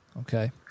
Okay